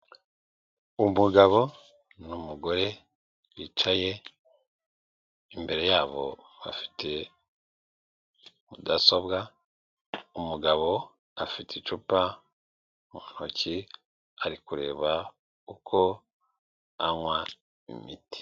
Umugabo n'umugore bicaye imbere yabo bafite mudasobwa umugabo afite icupa mu ntoki ari kureba uko anywa imiti.